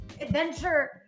adventure